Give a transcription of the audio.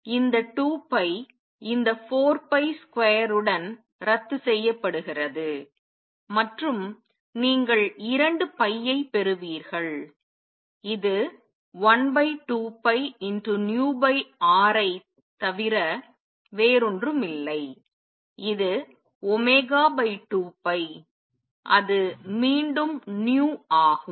எனவே இந்த 2 இந்த 4 2 உடன் ரத்து செய்யப்படுகிறது மற்றும் நீங்கள் இரண்டு ஐ பெறுவீர்கள் இது 12πvR ஐ தவிர வேறொன்றுமில்லை இது 2π அது மீண்டும் ஆகும்